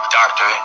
doctor